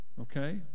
Okay